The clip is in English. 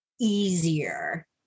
easier